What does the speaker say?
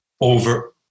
over